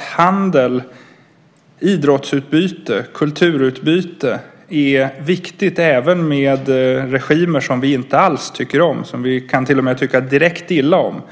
Handel, idrottsutbyte, kulturutbyte är viktigt även med regimer vi inte alls tycker om, som vi till och med kan tycka direkt illa om.